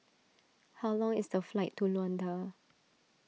how long is the flight to Luanda